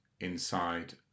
inside